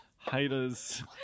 haters